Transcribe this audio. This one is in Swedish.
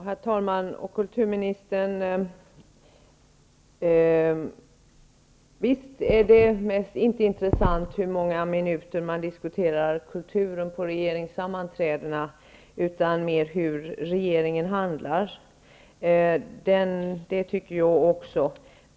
Herr talman -- och kulturministern! Det mest intressanta är inte hur många minuter regeringen diskuterar kulturen på sina sammanträden, utan det är naturligtvis hur regeringen handlar. Det tycker jag också.